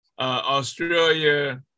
Australia